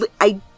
I-